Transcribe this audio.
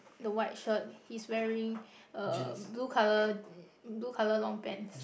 the white shirt he's wearing a blue colour blue colour long pants